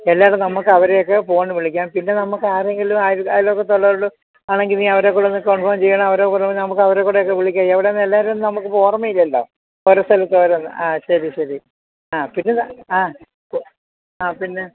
എല്ലാതും നമുക്ക് അവരെയൊക്കെ ഫോണ് വിളിക്കാം പിന്നെ നമുക്ക് ആരെങ്കിലും അയൽപക്കത്തുള്ളവരോടും ആണെങ്കിൽ നീ അവരെക്കൂടെ ഒന്ന് കൺഫേം ചെയ്യണം അവരെക്കൂടെ ഒന്ന് നമുക്ക് അവരെക്കൂടെ ഒക്കെ വിളിക്കാം എവിടെ എന്ന് എല്ലാവരും നമുക്ക് ഇപ്പം ഓർമ്മ ഇല്ലല്ലോ ഒരോ സ്ഥലത്ത് ഓരോന്ന് ആ ശരി ശരി ആ പിന്നെ ആ ആ പിന്നെ